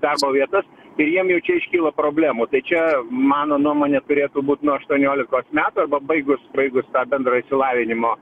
darbo vietas ir jiem jau čia iškyla problemų tai čia mano nuomone turėtų būt nuo aštuoniolikos metų pabaigus baigus bendro išsilavinimo